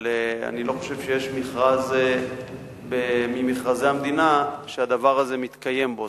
אבל אני לא חושב שיש מכרז ממכרזי המדינה שהדבר הזה מתקיים בו,